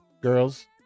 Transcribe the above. girls